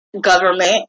government